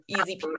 easy